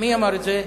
מי אמר את זה?